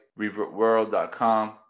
revertworld.com